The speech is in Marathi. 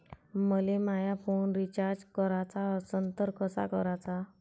मले माया फोन रिचार्ज कराचा असन तर कसा कराचा?